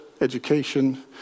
education